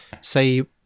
say